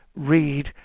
read